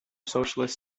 socialist